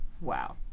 Wow